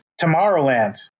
Tomorrowland